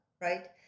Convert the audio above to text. right